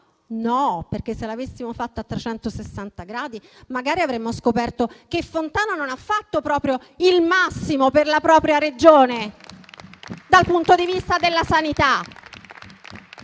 è questo. Se l'avessimo fatta a trecentosessanta gradi, magari avremmo scoperto che Fontana non ha fatto proprio il massimo per la propria Regione dal punto di vista della sanità.